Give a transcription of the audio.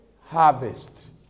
harvest